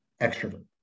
extrovert